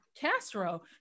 Castro